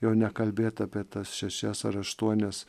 jau nekalbėt apie tas šešias ar aštuonias